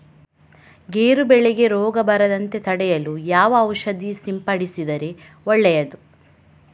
ಗೇರು ಬೆಳೆಗೆ ರೋಗ ಬರದಂತೆ ತಡೆಯಲು ಯಾವ ಔಷಧಿ ಸಿಂಪಡಿಸಿದರೆ ಒಳ್ಳೆಯದು?